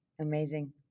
Amazing